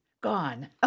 Gone